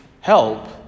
help